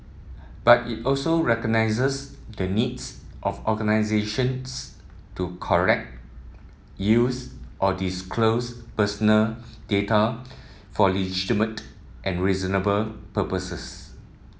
but it also recognises the needs of organisations to collect use or disclose personal data for legitimated and reasonable purposes